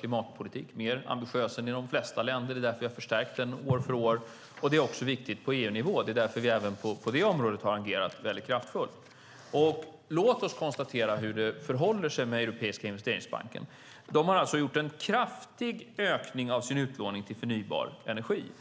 klimatpolitik som är mer ambitiös än i de flesta länder, och det är därför vi har förstärkt den år för år. De är också viktiga på EU-nivå, och det är därför vi även på det området har agerat väldigt kraftfullt. Låt oss konstatera hur det förhåller sig med Europeiska investeringsbanken! De har alltså gjort en kraftig ökning av sin utlåning till förnybar energi och energieffektivisering.